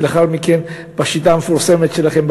ולאחר מכן בשיטה המפורסמת שלכם,